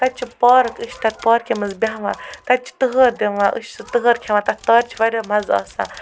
تَتہِ چھِ پارَک أسۍ چھِ تَتھ پارکہِ منٛز بہوان تَتھ چھِ تٕہَر دِوان أسۍ چھِ سٔہ تٕہَر کھٮ۪وان تَتھ تَہَرِ چھِ واریاہ مَزٕ آسان